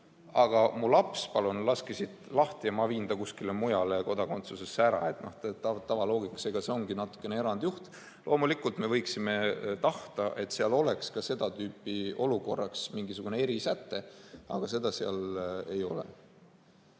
aga mu laps palun laske lahti, ma viin ta kuskile mujale kodakondsusesse. No see oleks tavaloogika kohaselt ikka erandjuht. Loomulikult me võiksime tahta, et seal oleks seda tüüpi olukorraks mingisugune erisäte, aga seda seal ei ole.